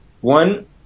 one